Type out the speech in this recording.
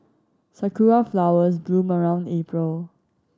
sakura flowers bloom around April